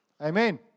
Amen